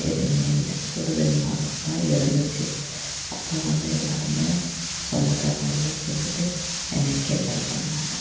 எதுவுமே இல்லை சுடுதண்ணி மாதிரிதான் இருந்துச்சு அப்போ வந்து எல்லாேருமே சொந்தக்காரவங்கள் எல்லாம் சேர்ந்துட்டு என்னை கிண்டல் பண்ணிணாங்க